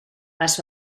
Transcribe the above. les